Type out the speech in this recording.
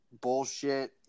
bullshit